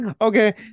Okay